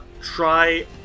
try